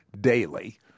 daily